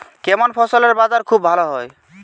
কেমন ফসলের বাজার খুব ভালো হয়?